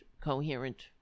coherent